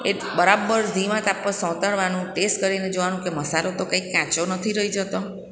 એ બરાબર ધીમા તાપ પર સોતરવાનું ટેસ કરીને જોવાનું કે મસાલો તો કંઈ કાચો નથી રહી જતો